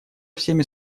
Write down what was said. всеми